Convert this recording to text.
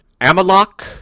Amalok